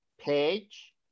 page